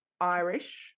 Irish